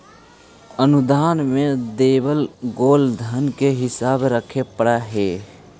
अनुदान में देवल गेल धन के हिसाब रखे पड़ा हई